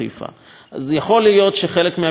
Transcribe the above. אז יכול להיות שחלק מהפתרונות שחיפה